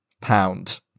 pound